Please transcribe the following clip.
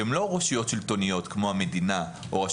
שהם לא רשויות שלטוניות או מקומיות,